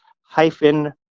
hyphen